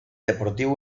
deportivo